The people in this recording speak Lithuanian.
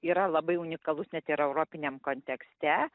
yra labai unikalus net ir europiniam kontekste